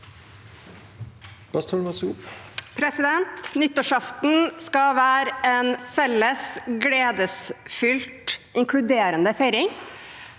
Nyttårsaften skal være en felles, gledefylt og inkluderende feiring,